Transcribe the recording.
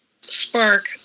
spark